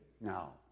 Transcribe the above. now